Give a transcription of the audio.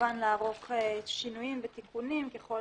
וכמובן לערוך שינויים ותיקונים ככל